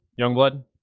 Youngblood